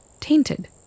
Tainted